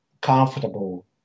comfortable